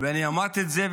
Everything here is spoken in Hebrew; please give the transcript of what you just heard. ואני אמרתי את זה,